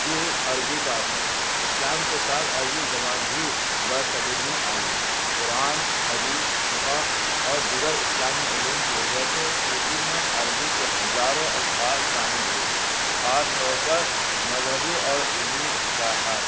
to عربی کا اثر اسلام کے ساتھ عربی زبان بھی برصغیر میں آئی قرآن حدیث فقہ اور دیگر اسلامی علوم کی وجہ سے اردو میں عربی کے ہزاروں الفاظ شامل ہوئے خاص طور پر مذہبی اور علمی اصلاحات